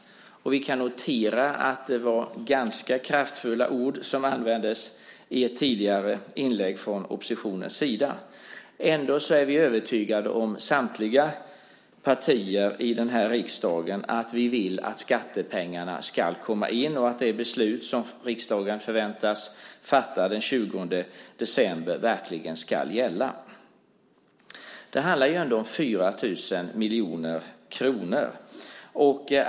Vi kan notera att ganska kraftfulla ord användes i ett tidigare inlägg från oppositionens sida. Ändå är vi övertygade om, samtliga partier i denna riksdag, att vi vill att skattepengarna ska komma in och att det beslut som riksdagen förväntas fatta den 20 december verkligen ska gälla. Det handlar ändå om 4 000 000 000 kr.